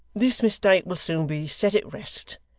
this mistake will soon be set at rest,